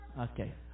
Okay